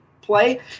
play